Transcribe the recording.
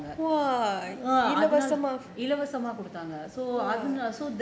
இலவசமா குடுத்தாங்க:ilavasamaa kuduthaanga